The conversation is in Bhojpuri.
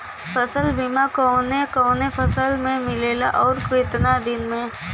फ़सल बीमा कवने कवने फसल में मिलेला अउर कितना दिन में?